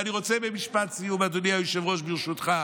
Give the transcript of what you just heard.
ואני רוצה במשפט סיום, אדוני היושב-ראש, ברשותך,